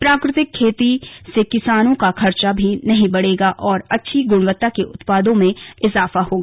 प्राकृतिक खेती से किसानों का खर्चा भी नहीं बढ़ेगा और अच्छी गुणवत्ता के उत्पादों में इजाफा होगा